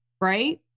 right